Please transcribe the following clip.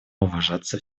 уважаться